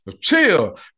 chill